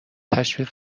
تشویق